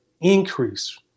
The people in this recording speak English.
increase